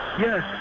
Yes